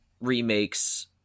remakes –